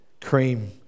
cream